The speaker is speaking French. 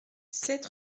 sept